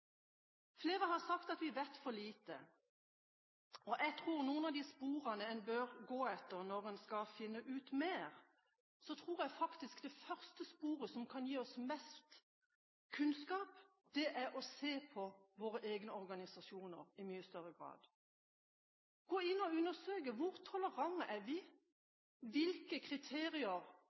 Flere har sagt at vi vet for lite. Jeg tror at av de sporene man bør gå etter når man skal finne ut mer, vil det første sporet som kan gi oss mest kunnskap, være å se på våre egne organisasjoner i mye større grad. Man bør gå inn og undersøke: Hvor tolerante er vi? Hvilke kriterier